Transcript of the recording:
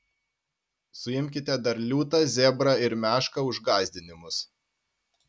suimkite dar liūtą zebrą ir mešką už gąsdinimus